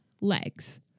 legs